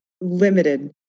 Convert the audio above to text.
limited